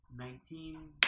Nineteen